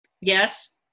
Yes